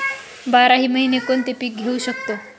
बाराही महिने कोणते पीक घेवू शकतो?